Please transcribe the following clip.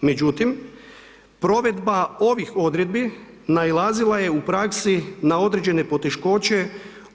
Međutim, provedba ovih odredbi, nailazila je u praski, na određene poteškoće